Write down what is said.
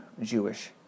Jewish